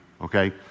Okay